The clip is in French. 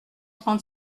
trente